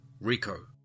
Rico